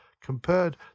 compared